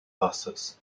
buses